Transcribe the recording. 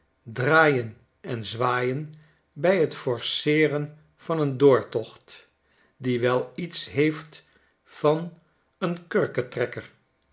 draaien en zwaaien bij t forceeren van een doortocht die wel iets heeft van een